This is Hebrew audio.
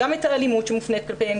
גם את האלימות שמופנית כלפיהם,